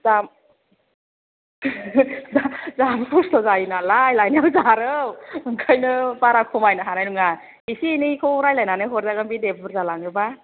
दाम जा जाहाबो खस्थ' जायो नालाय जारौ ओंखायनो बारा खमायनो हानाय नङा एसे एनैखौ रायलायनानै हरजागोन बे दे बुरजा लाङोबा